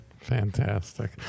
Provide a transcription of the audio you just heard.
Fantastic